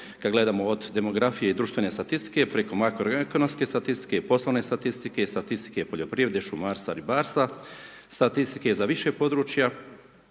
ka gledamo od demografije i društvene statistike preko makroekonomske statistike i poslovne statistike i statistike poljoprivrede, šumarstva, ribarstva, statistike za više područja